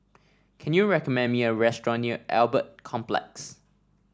can you recommend me a restaurant near Albert Complex